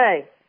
Okay